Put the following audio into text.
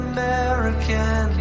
American